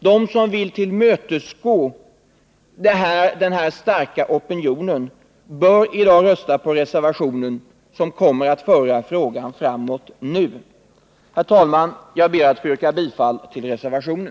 Den som vill tillmötesgå den starka opinionen bör i dag rösta på reservationen, som kommer att föra frågan framåt nu. Herr talman! Jag ber att få yrka bifall till reservationen.